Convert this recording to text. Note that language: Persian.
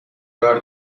دار